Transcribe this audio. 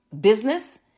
business